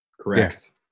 Correct